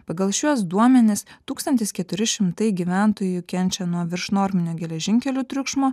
pagal šiuos duomenis tūkstantis keturi šimtai gyventojų kenčia nuo viršnorminio geležinkelių triukšmo